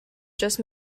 just